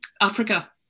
Africa